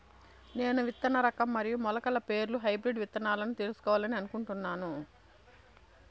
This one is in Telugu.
నేను విత్తన రకం మరియు మొలకల పేర్లు హైబ్రిడ్ విత్తనాలను తెలుసుకోవాలని అనుకుంటున్నాను?